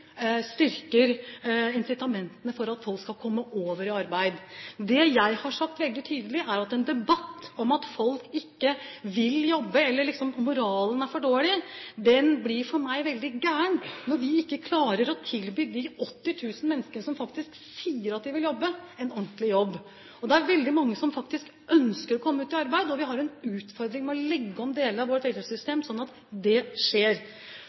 styrker incitamentene for å få folk over i arbeid. Det jeg har sagt veldig tydelig, er at en debatt om at folk ikke vil jobbe, eller at moralen er for dårlig, for meg blir veldig gal når vi ikke klarer å tilby de 80 000 menneskene som faktisk sier at de vil jobbe, en ordentlig jobb. Det er veldig mange som faktisk ønsker å komme i arbeid, og vi har en utfordring med å legge om deler av vårt velferdssystem slik at det skjer.